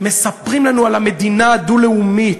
מספרים לנו על המדינה הדו-לאומית,